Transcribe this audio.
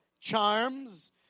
charms